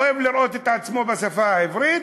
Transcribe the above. אוהב לראות את עצמו בשפה העברית,